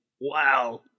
Wow